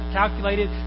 calculated